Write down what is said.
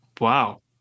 Wow